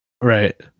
Right